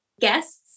guests